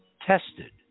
tested